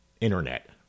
internet